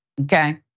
Okay